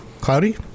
cloudy